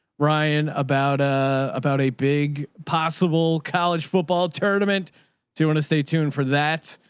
ryan, about a, about a big possible college football tournament to want to stay tuned for that.